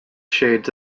shades